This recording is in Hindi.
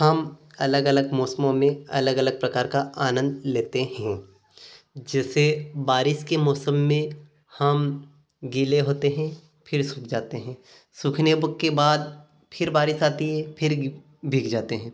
हम अलग अलग मौसमों में अलग अलग प्रकार का आनंद लेते हैं जैसे बारिश के मौसम में हम गीले होते हैँ फिर सूख जाते हैं सूखने के बाद फिर बारिश आती है फिर गी भीग जाते हैं